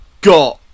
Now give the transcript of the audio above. got